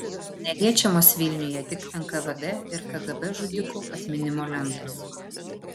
neliečiamos vilniuje tik nkvd ir kgb žudikų atminimo lentos